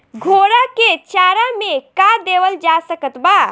घोड़ा के चारा मे का देवल जा सकत बा?